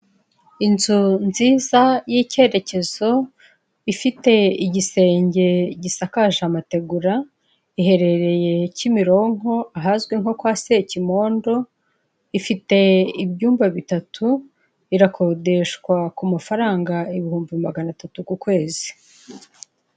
Inzu nziza y'icyerekezo, ifite igisenge gisakaje amategura, iherereye Kimironko ahazwi nko kwa SEKIMONDO, ifite ibyumba bitatu, irakodeshwa ku mafaranga ibihumbi magana atatu ku kwezi.